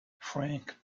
frank